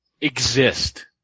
exist